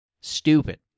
Stupid